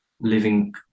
living